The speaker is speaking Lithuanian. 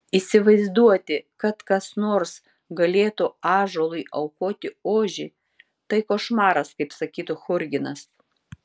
įsivaizduoti kad kas nors galėtų ąžuolui aukoti ožį tai košmaras kaip sakytų churginas